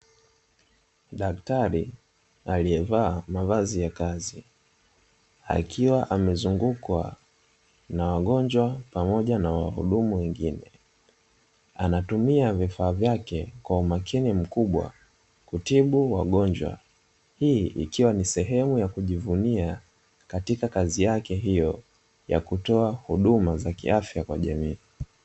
Daktari aliyevaa mavazi ya kazi akiwa amezungukwa na wagonjwa pamoja na wahudumu wengine, anatumia vifaa vyake kwa umakini mkubwa kutibu wagonjwa. Hii ikiwa ni sehemu ya kujivunia katika kazi yake hiyo ya kutoa huduma za kiafya kwa jamii.